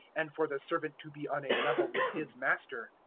and for the servant to be on a level with his master.